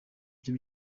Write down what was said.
ibyo